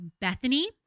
Bethany